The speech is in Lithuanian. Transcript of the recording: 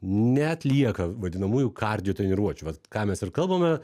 neatlieka vadinamųjų kardio treniruočių vat ką mes ir kalbame